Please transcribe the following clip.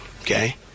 okay